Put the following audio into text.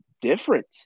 different